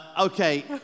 Okay